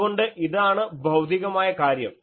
അതുകൊണ്ട് ഇതാണ് ഭൌതികമായ കാര്യം